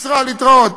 משרה, להתראות.